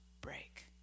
break